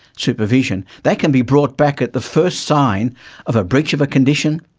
supervision, they can be brought back at the first sign of a breach of a condition,